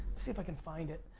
see if i can find it.